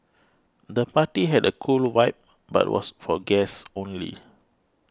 the party had a cool vibe but was for guests only